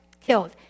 killed